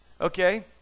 Okay